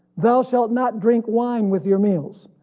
thou shalt not drink wine with your meals,